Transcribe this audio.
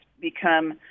become